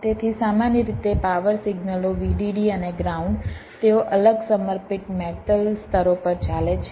તેથી સામાન્ય રીતે પાવર સિગ્નલો Vdd અને ગ્રાઉન્ડ તેઓ અલગ સમર્પિત મેટલ સ્તરો પર ચાલે છે